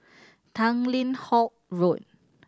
Tanglin Halt Road